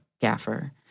gaffer